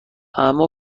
اما